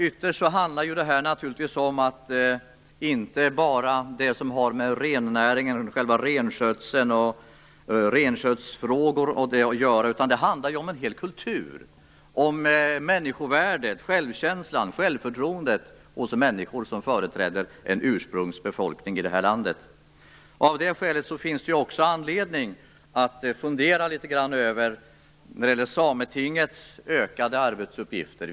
Ytterst handlar det här naturligtvis inte bara om det som har med rennäringen och renskötseln att göra, utan det handlar om en hel kultur - om människovärdet, självkänslan och självförtroendet hos människor som företräder en ursprungsbefolkning i det här landet. Av det skälet finns det också anledning att fundera litet grand över Sametingets ökade arbetsuppgifter.